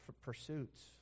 pursuits